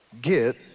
Get